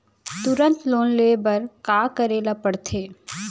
तुरंत लोन ले बर का करे ला पढ़थे?